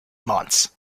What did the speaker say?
months